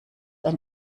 ein